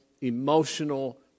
emotional